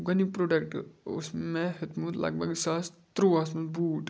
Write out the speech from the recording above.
گۄڈنیُک پروڈَکٹ اوس مےٚ ہیوٚتمُت لگ بگ زٕ ساس تٕرٛوُہَس منٛز بوٗٹھ